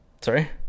Sorry